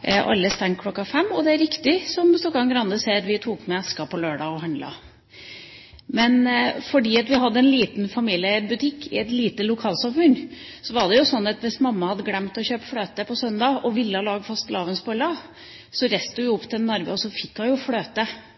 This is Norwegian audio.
Begge stengte kl. 17, og det er riktig, som Stokkan-Grande sier, at vi tok med eske på lørdag og handlet. Men fordi vi hadde en liten familieeid butikk i et lite lokalsamfunn, var det slik at hvis mamma hadde glemt å kjøpe fløte på søndag, og ville lage fastelavnsboller, så reiste hun opp til han Narve og fikk fløte sjøl om butikken ikke var åpen. Det ville vært urimelig å ha